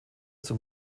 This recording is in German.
zur